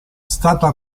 stata